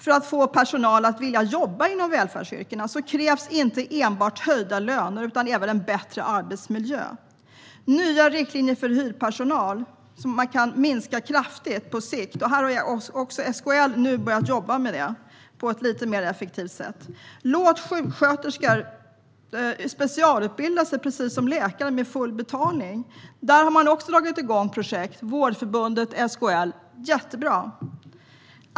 För att få personal att vilja jobba inom välfärdsyrkena krävs inte enbart höjda löner utan även en bättre arbetsmiljö. Inför nya riktlinjer för hyrpersonal så att den minskar kraftigt på sikt! SKL har nu börjat jobba med detta på ett lite mer effektivt sätt. Låt sjuksköterskor specialutbilda sig med full betalning, precis som läkare! Även här har projekt dragits igång av Vårdförbundet och SKL. Jättebra!